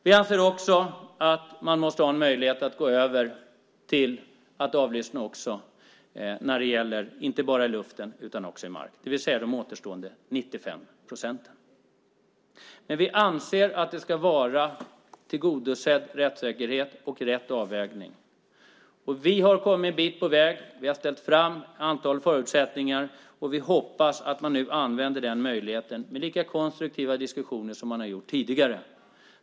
Vi anser också att man måste ha möjlighet att gå över till att avlyssna inte bara i luften utan också på mark, det vill säga de återstående 95 procenten. Vi anser att det ska vara en tillgodosedd rättssäkerhet och rätt avvägning. Vi har kommit en bit på väg. Vi har satt upp ett antal förutsättningar. Vi hoppas att man nu använder den möjligheten med lika konstruktiva diskussioner som tidigare.